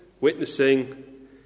witnessing